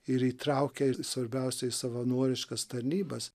ir įtraukia ir svarbiausia į savanoriškas tarnybas